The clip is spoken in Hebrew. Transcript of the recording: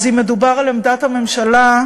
אז אם מדובר על עמדת הממשלה,